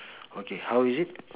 okay how is it